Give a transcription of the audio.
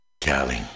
Cali